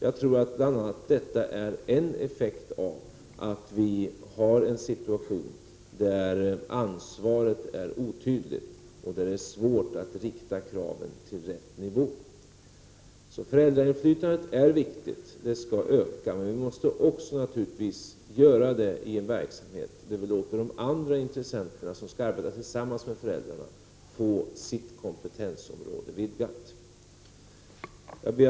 Jag tror att detta är en effekt av att vi har en situation där ansvaret är otydligt och där det är svårt att rikta kraven till rätt nivå. Föräldrainflytandet är alltså viktigt, och vi skall öka det. Men vi måste naturligtvis göra det i en verksamhet där vi låter de andra intressenterna, som skall arbeta tillsammans med föräldrarna, få sitt kompetensområde vidgat. Herr talman!